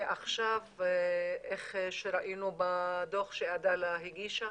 עכשיו, איך שראינו בדו"ח שאדלה הגישה,